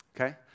Okay